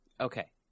Okay